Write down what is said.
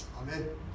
Amen